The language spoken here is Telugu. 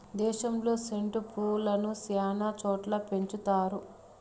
దేశంలో సెండు పూలను శ్యానా చోట్ల పెంచుతారు